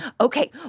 Okay